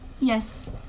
Yes